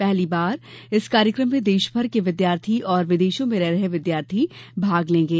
पहली बार इस कार्यक्रम में देशभर के विद्यार्थी और विदेशों में रह रहे भारतीय विद्यार्थी भाग लेंगे